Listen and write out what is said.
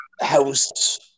house